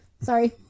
sorry